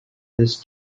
this